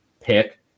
pick